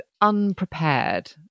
unprepared